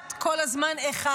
כמעט כל הזמן אחד.